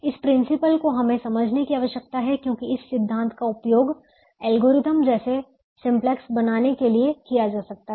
इस प्रिंसिपल को हमें समझने की आवश्यकता है क्योंकि इस सिद्धांत का उपयोग एल्गोरिदम जैसे सिम्पलेक्स बनाने के लिए किया जा सकता है